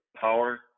Power